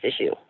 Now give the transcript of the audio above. issue